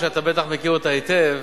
שאתה בוודאי מכיר היטב,